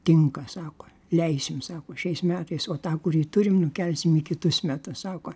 tinka sako leisim sako šiais metais o tą kurį turim nukelsim į kitus metus sako